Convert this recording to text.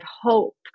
hope